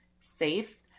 safe